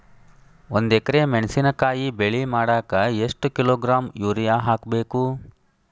ಒಂದ್ ಎಕರೆ ಮೆಣಸಿನಕಾಯಿ ಬೆಳಿ ಮಾಡಾಕ ಎಷ್ಟ ಕಿಲೋಗ್ರಾಂ ಯೂರಿಯಾ ಹಾಕ್ಬೇಕು?